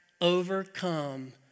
overcome